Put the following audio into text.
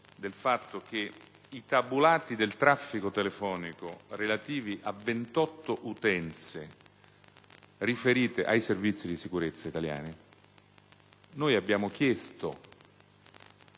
dei tabulati del traffico telefonico relativi a ventotto utenze riferite ai Servizi di sicurezza italiani, abbiamo chiesto